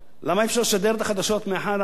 למה אי-אפשר לשדר את החדשות מאחד הערוצים?